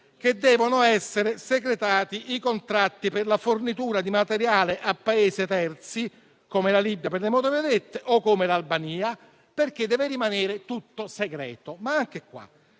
che debbano essere secretati i contratti per la fornitura di materiale a Paesi terzi, come la Libia per le motovedette o come l'Albania, perché deve rimanere tutto segreto. Anche a